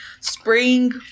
spring